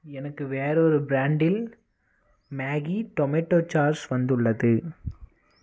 எனக்கு வேறொரு ப்ராண்டில் மேகி டொமேட்டோ சாஸ் வந்துள்ளது